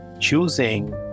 choosing